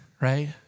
right